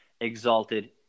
exalted